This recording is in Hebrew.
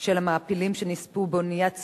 של המעפילים שנספו באונייה "סטרומה",